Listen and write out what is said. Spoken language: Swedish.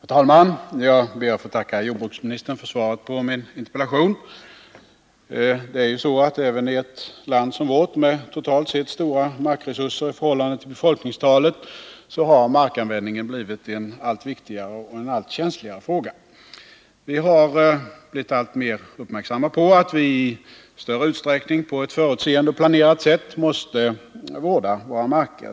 Herr talman! Jag ber att få tacka jordbruksministern för svaret på min interpellation. Äveni ett land som vårt med totalt sett stora markresurser i förhållande till befolkningstalet har markanvändningen blivit en allt viktigare och känsligare fråga. Vi har blivit alltmer uppmärksamma på att vi i större utsträckning på ett förutseende och planerat sätt måste vårda våra marker.